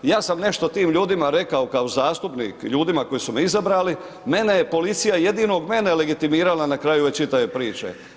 Ja sam nešto tim ljudima rekao kao zastupnik, ljudima koji su me izabrali, mene je policija, jedinog mene legitimirala na kraju ove čitave priče.